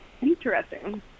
Interesting